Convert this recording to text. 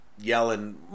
yelling